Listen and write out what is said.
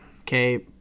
Okay